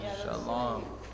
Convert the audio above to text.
Shalom